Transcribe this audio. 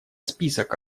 список